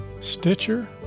Stitcher